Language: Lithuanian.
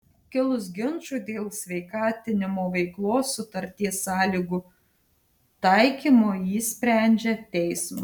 kilus ginčui dėl sveikatinimo veiklos sutarties sąlygų taikymo jį sprendžia teismas